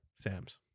Sam's